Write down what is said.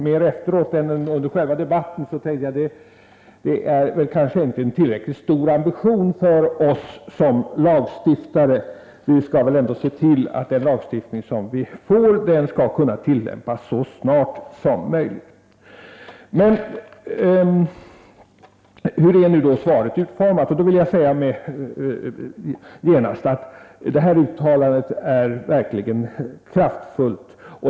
Mera efteråt än under själva debatten tänkte jag att det kanske inte är en tillräckligt hög ambition för oss som lagstiftare; vi skall väl ändå se till att den lagstiftning vi fattar beslut om tillämpas så snart som möjligt! Hur är då svaret utformat? Jag vill genast säga att det här uttalandet verkligen är kraftfullt.